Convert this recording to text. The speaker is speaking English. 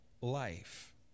life